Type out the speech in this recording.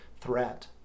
threat